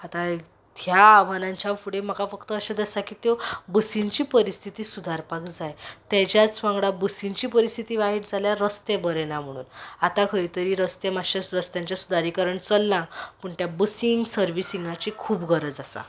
आतां ह्या आव्हानांच्या फुडें म्हाका फक्त अशें दिसता की त्यो बसींची परिस्थिती सुदारपाक जाय तेज्याच वांगडा बसींची परिस्थिती वायट जाल्यार रस्ते बरें ना म्हणून आतां खंय तरी रस्ते मातशें रस्त्यांचे सुदारीकरण चल्लां पूण त्या बसींक सर्विसींगाची खूब गरज आसा